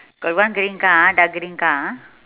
got one green car ah dark green car ah